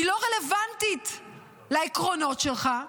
היא לא רלוונטית לעקרונות שלך,